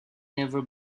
never